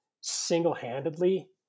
single-handedly